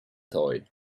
toy